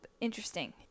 Interesting